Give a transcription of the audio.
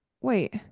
wait